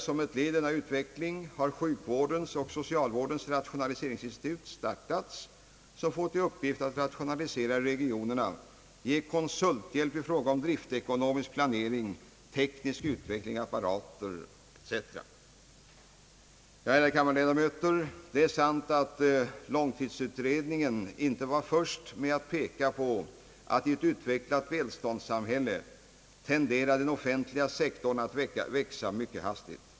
Som ett led i denna utveckling har sjukvårdens och socialvårdens rationaliseringsinstitut startats, som får till uppgift att rationalisera i regionerna, ge konsulthjälp i fråga om driftsekonomisk planering, teknisk utveckling av apparater etc.» Ärade kammarledamöter! Det är sant att långtidsutredningen inte var först med att peka på att i ett utvecklat välståndssamhälle tenderar den offentliga sektorn att växa mycket hastigt.